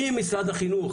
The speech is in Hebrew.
אם משרד החינוך